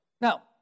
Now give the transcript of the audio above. Now